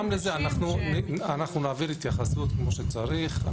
אנחנו נעביר התייחסות כמו שצריך.